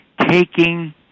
taking